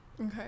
Okay